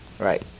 Right